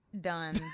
Done